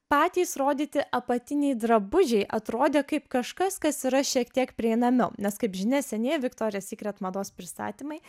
patys rodyti apatiniai drabužiai atrodė kaip kažkas kas yra šiek tiek prieinamiau nes kaip žinia senieji viktorija sykret mados pristatymai